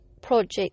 project